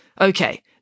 Okay